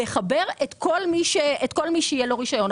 לחבר את כל מי שיהיה לו רישיון,